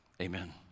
Amen